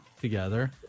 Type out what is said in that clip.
together